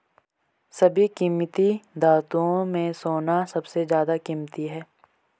सभी कीमती धातुओं में सोना सबसे ज्यादा कीमती है